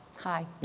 Hi